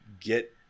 get